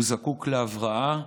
הוא זקוק להבראה,